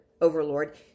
overlord